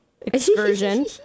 excursion